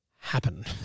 happen